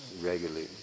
regularly